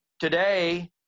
Today